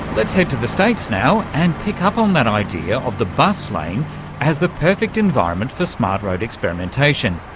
let's head to the states now and pick up on that idea of the bus lane as the perfect environment for smart road experimentation.